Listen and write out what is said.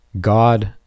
God